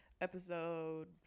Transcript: episode